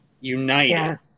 united